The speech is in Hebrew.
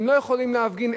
הם לא יכולים להפגין,